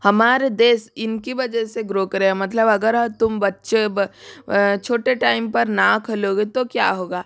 हमारा देश इनकी वजह से ग्रो करेगा मतलब अगर तुम बच्चे छोटे टाइम पर ना खेलोगे तो क्या होगा